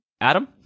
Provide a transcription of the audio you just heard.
Adam